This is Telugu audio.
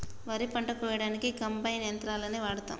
వరి పంట కోయడానికి కంబైన్ యంత్రాలని వాడతాం